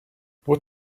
what